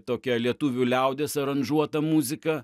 tokią lietuvių liaudies aranžuotą muziką